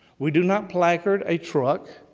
we do not placard a truck,